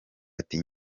ati